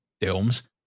films